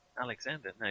Alexander